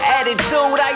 Attitude